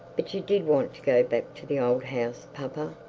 but you did want to go back to the old house, papa.